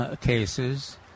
cases